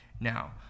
now